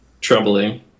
troubling